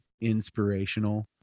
inspirational